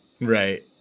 Right